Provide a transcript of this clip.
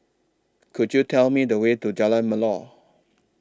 Could YOU Tell Me The Way to Jalan Melor